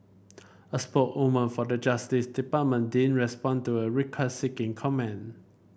a spokeswoman for the Justice Department didn't respond to a request seeking comment